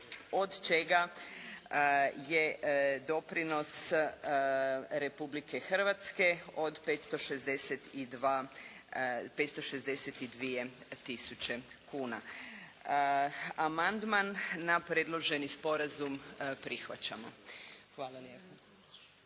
od čega je doprinos Republike Hrvatske od 562 tisuće kuna. Amandman na predloženi sporazum prihvaćamo. Hvala lijepa.